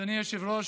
אדוני היושב-ראש,